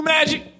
Magic